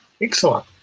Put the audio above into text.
Excellent